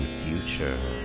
future